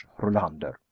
Rolander